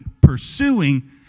pursuing